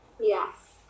Yes